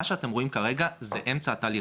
מה שאתם רואים כרגע זה אמצע התהליך,